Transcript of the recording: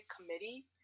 committee